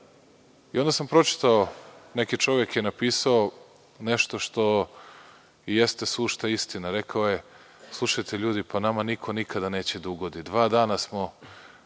koga? Onda sam pročitao, neki čovek je napisao nešto što jeste istina. Rekao je – slušajte ljudi, nama niko nikada neće da ugodi, dva dana smo